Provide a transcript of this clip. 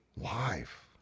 life